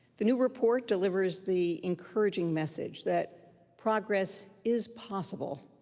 the new report delivers the encouraging message that progress is possible,